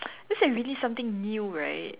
that's like really something new right